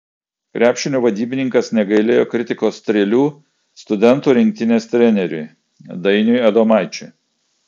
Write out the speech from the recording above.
krepšinio vadybininkas negailėjo kritikos strėlių studentų rinktinės treneriui dainiui adomaičiui